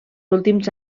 últims